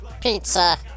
pizza